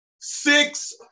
six